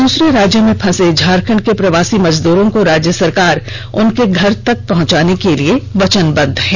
दूसरे राज्यो में फसे झारखंड के प्रवासी मजदूरों को राज्य सरकार उनके घर तक पहुंचाने के लिय वचनबद्ध है